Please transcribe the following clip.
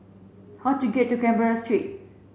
how do get to Canberra Street